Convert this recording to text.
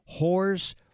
whores